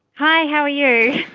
hi, how are you?